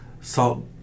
salt